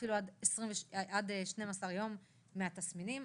עד 12 יום מהתסמינים.